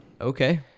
Okay